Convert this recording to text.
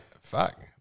fuck